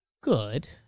Good